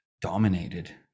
dominated